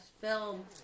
film